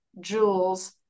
jewels